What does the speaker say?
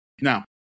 Now